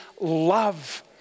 love